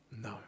No